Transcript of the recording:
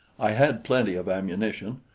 i had plenty of ammunition,